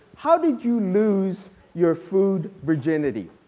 how did you lose your food virginity?